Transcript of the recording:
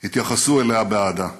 התייחסו אליה באהדה.